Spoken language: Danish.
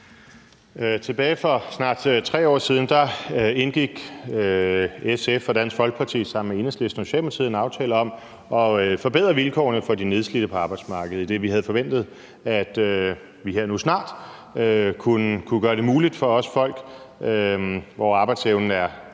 Tilbage for snart 3 år siden indgik SF og Dansk Folkeparti sammen med Enhedslisten og Socialdemokratiet en aftale om at forbedre vilkårene for de nedslidte på arbejdsmarkedet, idet vi forventede, at vi nu her snart kunne gøre det muligt at tilbyde også de folk med en arbejdsevne på under